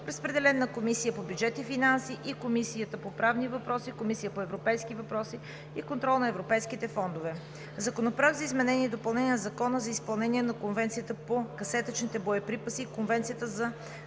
Разпределен е на Комисията по бюджет и финанси и Комисията по правни въпроси, Комисията по европейските въпроси и контрол на европейските фондове. Законопроект за изменение и допълнение на Закона за изпълнение на Конвенцията по касетъчните боеприпаси и Конвенцията за